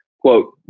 quote